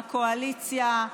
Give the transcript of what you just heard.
בקואליציה,